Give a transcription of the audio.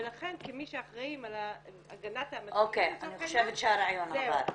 ולכן כמי שאחראים על הגנת -- אני חושבת שהרעיון עבר.